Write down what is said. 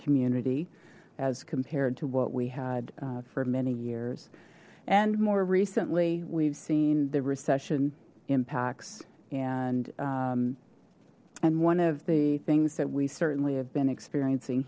community as compared to what we had for many years and more recently we've seen the recession impacts and and one of the things that we certainly have been experiencing